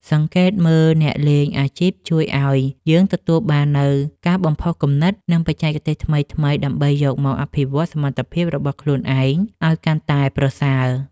សង្កេតមើលអ្នកលេងអាជីពជួយឱ្យយើងទទួលបាននូវការបំផុសគំនិត និងបច្ចេកទេសថ្មីៗដើម្បីយកមកអភិវឌ្ឍសមត្ថភាពរបស់ខ្លួនឯងឱ្យកាន់តែប្រសើរ។